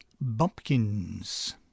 bumpkins